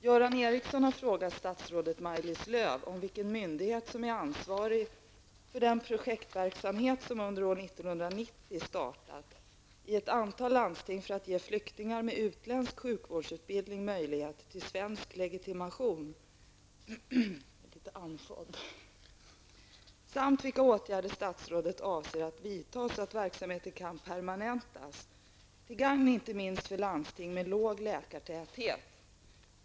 Göran Ericsson har frågat statsrådet Maj-Lis Lööw om vilken myndighet som är ansvarig för den projektverksamhet som under år 1990 startat i ett antal landsting för att ge flyktingar med utländsk sjukvårdsutbildning möjligheter till svensk legitimation samt vilka åtgärder statsrådet avser att vidta så att verksamheten kan permanentas till gagn inte minst för landsting med låg läkartäthet.